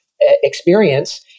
experience